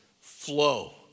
flow